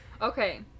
Okay